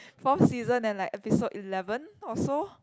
forth season and like episode eleven or so